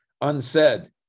unsaid